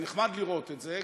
זה נחמד לראות את זה.